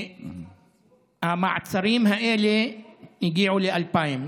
המעצרים האלה הגיעו ל-2,000.